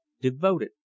devoted